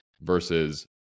versus